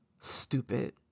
stupid